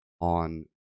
on